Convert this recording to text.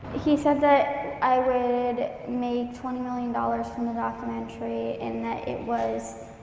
he said that i would make twenty million dollars from the documentary and that it was,